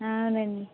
అవునండి